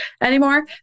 anymore